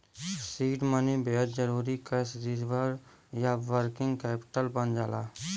seed money बेहद जरुरी cash reserve या वर्किंग कैपिटल बन जाला